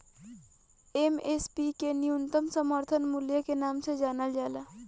MSP के न्यूनतम समर्थन मूल्य के नाम से जानल जाला